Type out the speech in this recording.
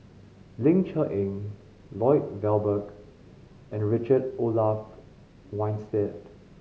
Ling Cher Eng Lloyd Valberg and the Richard Olaf Winstedt